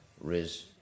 Riz